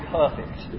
perfect